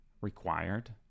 required